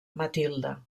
matilde